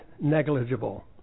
negligible